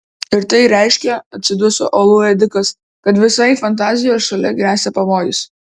ir tai reiškia atsiduso uolų ėdikas kad visai fantazijos šaliai gresia pavojus